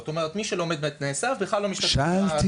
זאת אומרת מי שלא עומד בתנאי הסף בכלל לא משתתף --- שאלתי